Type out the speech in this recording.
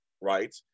right